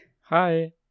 Hi